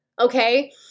Okay